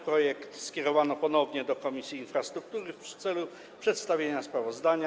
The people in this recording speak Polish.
Projekt skierowano ponownie do Komisji Infrastruktury w celu przedstawienia sprawozdania.